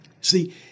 see